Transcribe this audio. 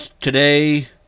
today